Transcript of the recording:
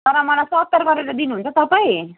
तर मलाई सत्तर गरेर दिनुहुन्छ तपाईँ